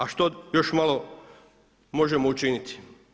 A što još malo možemo učiniti?